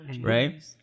right